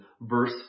verse